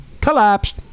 collapsed